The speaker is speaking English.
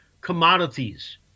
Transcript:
commodities